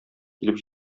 килеп